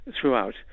throughout